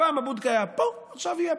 פעם הבודקה הייתה פה ועכשיו פה.